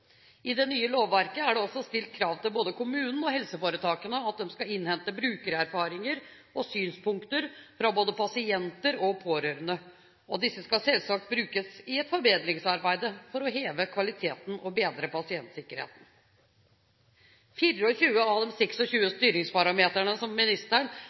I det nye lovverket er det også stilt krav til både kommunen og helseforetakene om at de skal innhente brukererfaringer og synspunkter fra både pasienter og pårørende. Disse skal selvsagt brukes i et forbedringsarbeid for å heve kvaliteten og bedre pasientsikkerheten. 24 av de 26 styringsparametrene som ministeren